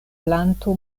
planto